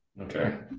Okay